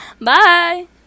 Bye